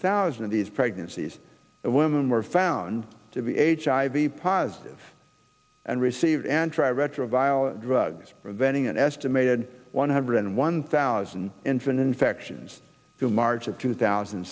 thousand of these pregnancies and women were found to be h i v positive and receive and try retroviral drugs preventing an estimated one hundred and one thousand infant infections to march of two thousand